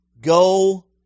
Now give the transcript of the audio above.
Go